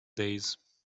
days